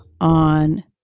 on